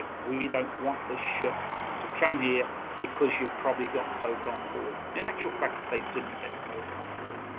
ah we don't want this ah ship to come here because you've probably got covid on board. in actual fact, they didn't have covid on board.